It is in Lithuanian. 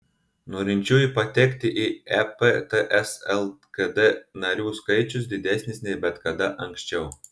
norinčiųjų patekti į ep ts lkd narių skaičius didesnis nei bet kada anksčiau